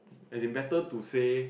as in better to say